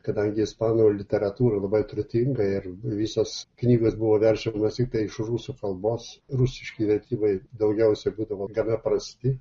kadangi ispanų literatūra labai turtinga ir visas knygas buvo verčiamos tiktai iš rusų kalbos rusiški vertimai daugiausiai būdavo gana prasti